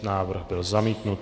Návrh byl zamítnut.